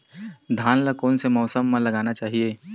धान ल कोन से मौसम म लगाना चहिए?